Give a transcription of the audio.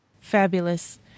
Fabulous